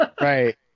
Right